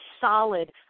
solid